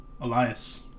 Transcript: Elias